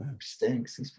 stinks